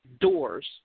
doors